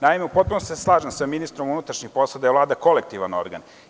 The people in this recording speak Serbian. Naime, u potpunosti se slažem sa ministrom unutrašnjih poslova da je Vlada kolektivni organ.